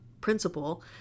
principle